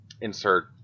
insert